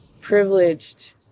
privileged